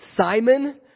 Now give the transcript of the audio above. Simon